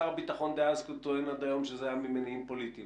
שר הביטחון דאז טוען עד היום שזה היה ממניעים פוליטיים